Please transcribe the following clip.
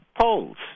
polls